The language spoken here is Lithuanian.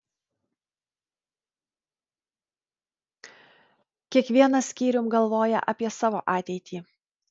kiekvienas skyrium galvoja apie savo ateitį